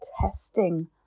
testing